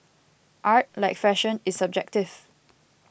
art like fashion is subjective